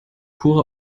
pure